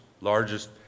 largest